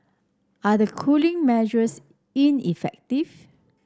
are the cooling measures ineffective